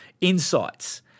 insights